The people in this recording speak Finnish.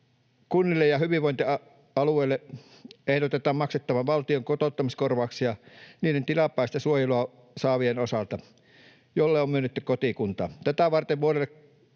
kunnille ja hyvinvointialueille ehdotetaan maksettavan valtion kotouttamiskorvauksia niiden tilapäistä suojelua saavien osalta, joille on myönnetty kotikunta. Tätä varten ensi vuodelle